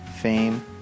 fame